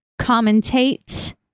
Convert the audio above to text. commentate